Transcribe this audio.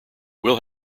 we’ll